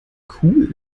cool